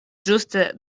ĝuste